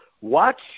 watch